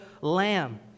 lamb